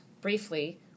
briefly